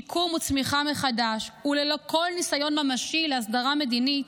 שיקום וצמיחה מחדש וללא כל ניסיון ממשי להסדרה מדינית,